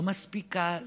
לא מספיקה לתרבות.